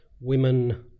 women